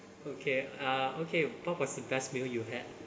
okay uh okay what was the best meal you had